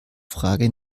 frage